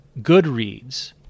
Goodreads